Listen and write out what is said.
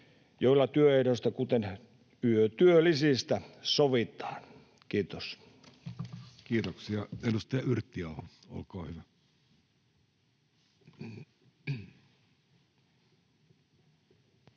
joilla työehdoista, kuten yötyölisistä, sovitaan. — Kiitos. Kiitoksia. — Edustaja Yrttiaho, olkaa hyvä.